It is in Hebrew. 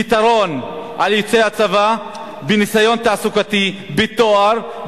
יתרון על יוצא הצבא בניסיון תעסוקתי, בתואר.